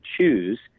choose